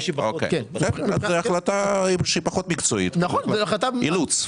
אז זו החלטה שהיא פחות מקצועית, אילוץ.